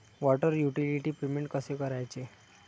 Water utility payment कसे करायचे?